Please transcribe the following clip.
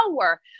power